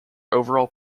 overall